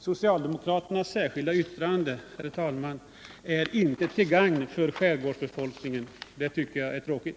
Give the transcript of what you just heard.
Socialdemokraternas särskilda yttrande, herr talman, är inte till gagn för skärgårdsbefolkningen, och det tycker jag är tråkigt.